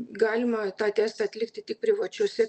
galima tą testą atlikti tik privačiose